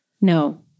No